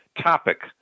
topic